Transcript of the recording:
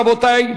רבותי,